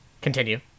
Continue